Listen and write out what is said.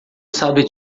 sabe